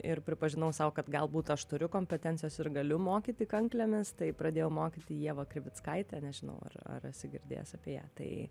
ir pripažinau sau kad galbūt aš turiu kompetencijos ir galiu mokyti kanklėmis tai pradėjau mokyti ievą krivickaitę nežinau ar ar esi girdėjęs apie tai